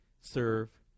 serve